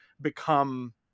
become